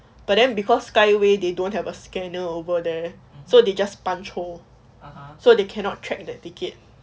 but then because skyway they don't have a scanner over there so they just punch hole so they cannot track that ticket